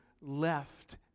left